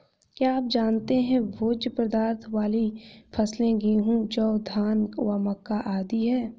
क्या आप जानते है भोज्य पदार्थ वाली फसलें गेहूँ, जौ, धान व मक्का आदि है?